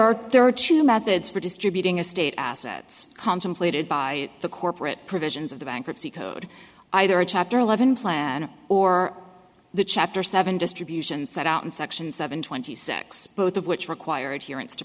are there are two methods for distributing a state assets contemplated by the corporate provisions of the bankruptcy code either chapter eleven plan or the chapter seven distribution set out in section seven twenty six both of which required here in